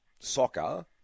soccer